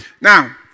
Now